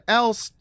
else